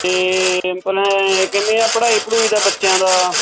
ਅਤੇ ਆਪਣੇ ਕਿਵੇਂ ਆ ਪੜ੍ਹਾਈ ਪੜੂਈ ਦਾ ਬੱਚਿਆਂ ਦਾ